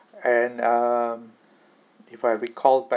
and um if I recall back